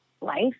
life